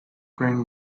bring